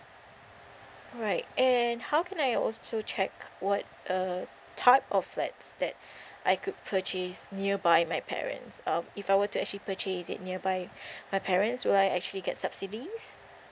alright and how can I also check what uh type of flats that I could purchase nearby my parents um if I were to actually purchase it nearby my parents will I actually get subsidies